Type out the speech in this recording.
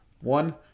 One